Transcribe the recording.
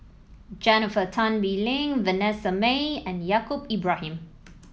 Jennifer Tan Bee Leng Vanessa Mae and Yaacob Ibrahim